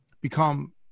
become